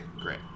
Great